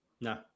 No